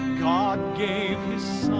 god gave